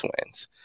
Twins